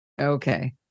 Okay